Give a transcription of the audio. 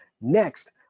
Next